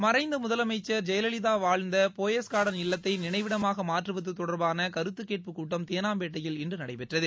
மறைந்த முதலமைச்சர் ஜெயலலிதா வாழ்ந்த போயஸ் கார்டன் இல்லத்தை நினைவிடமாக மாற்றுவது தொடர்பான கருத்துக் கேட்புக் கூட்டம் தேனாம்பேட்டையில் இன்று நடைபெற்றது